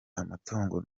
amatungo